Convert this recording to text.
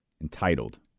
entitled